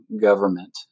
government